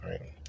right